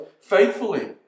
faithfully